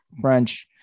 French